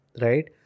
right